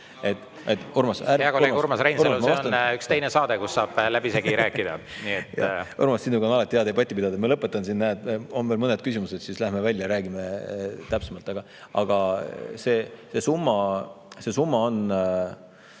see on üks teine saade, kus saab läbisegi rääkida.